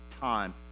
time